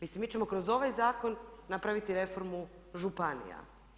Mislim mi ćemo kroz ovaj zakon napraviti reformu županija.